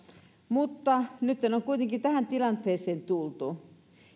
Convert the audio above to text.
mutta nytten on kuitenkin tähän tilanteeseen tultu